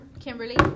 Kimberly